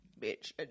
bitch